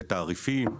בתעריפים,